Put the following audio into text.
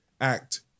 act